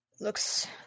Looks